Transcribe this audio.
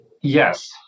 yes